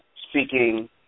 speaking